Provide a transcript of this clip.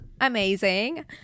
amazing